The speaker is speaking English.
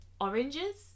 oranges